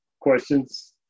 questions